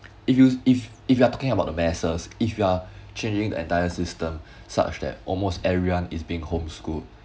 if you if if you are talking about the masses if you are changing the entire system such that almost everyone is being homeschooled